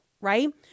Right